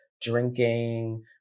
drinking